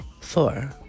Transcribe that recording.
Four